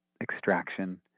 extraction